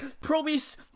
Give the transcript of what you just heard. promise